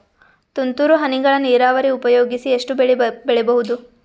ತುಂತುರು ಹನಿಗಳ ನೀರಾವರಿ ಉಪಯೋಗಿಸಿ ಎಷ್ಟು ಬೆಳಿ ಬೆಳಿಬಹುದು?